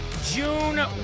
June